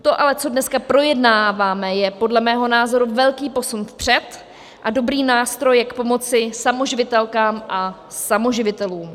To ale, co dneska projednáváme, je podle mého názoru velký posun vpřed a dobrý nástroj, jak pomoci samoživitelkám a samoživitelům.